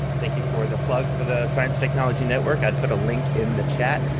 thank you for the plug for the science technology network. i put a link in the chat.